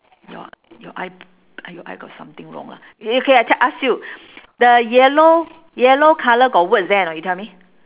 your your eye uh your eye got something wrong lah okay I ask you the yellow yellow colour got words there or not you tell me